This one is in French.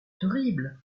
horrible